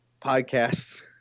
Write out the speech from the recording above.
Podcasts